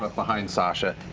but behind sasha.